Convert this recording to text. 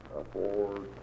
afford